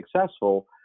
successful